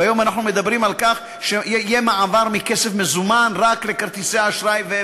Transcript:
והיום אנחנו מדברים על כך שיהיה מעבר מכסף מזומן רק לכרטיסי אשראי.